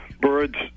birds